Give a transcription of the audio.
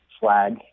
flag